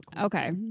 Okay